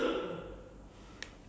I also don't know